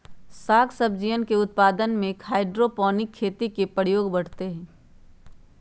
साग सब्जियन के उत्पादन में हाइड्रोपोनिक खेती के प्रयोग बढ़ते हई